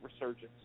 resurgence